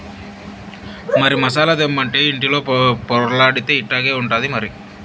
మరి మసాలా తెమ్మంటే ఇంటిలో పొర్లాడితే ఇట్టాగే ఉంటాది మరి